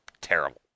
terrible